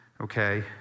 okay